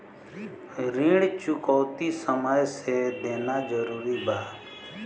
ऋण चुकौती समय से देना जरूरी बा?